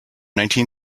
nineteen